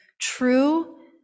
true